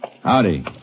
Howdy